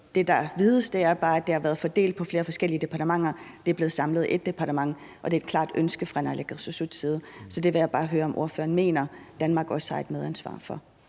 der bare vides, er, at det har været fordelt på flere forskellige departementer, og at det er blevet samlet i ét departement, og at det er et klart ønske fra naalakkersuisuts side. Så jeg vil bare høre, om ordføreren også mener, at Danmark har et medansvar for